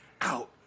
out